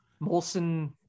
Molson